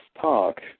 talk